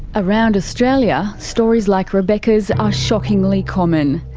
around australia, stories like rebecca's are shockingly common.